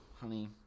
Honey